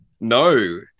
no